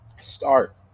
start